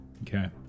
Okay